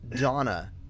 donna